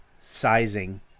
sizing